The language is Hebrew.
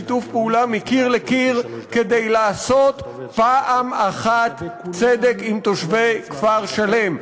שיתוף פעולה מקיר לקיר כדי לעשות פעם אחת צדק עם תושבי כפר-שלם.